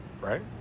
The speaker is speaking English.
right